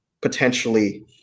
potentially